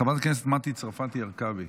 חברת הכנסת מטי צרפתי הרכבי,